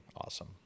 awesome